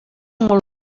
molt